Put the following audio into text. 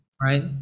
right